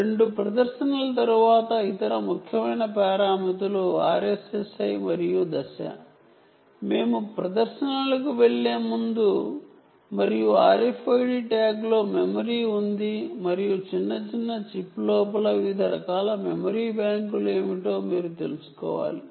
ఈ డెమోన్స్ట్రేషన్స్ లో RSSI మరియు ఫేజ్ తరువాత ఈ రెండు ఇతర ముఖ్యమైన పారామితులు మేము ప్రదర్శనలకు వెళ్లేముందు మరియు RFID ట్యాగ్లో మెమరీ ఉంది మరియు చిన్న చిప్ లోపల వివిధ రకాల మెమరీ బ్యాంకులు ఏమిటో మీరు తెలుసుకోవాలి